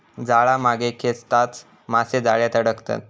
जाळा मागे खेचताच मासे जाळ्यात अडकतत